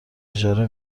اجاره